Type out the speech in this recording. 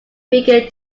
bigger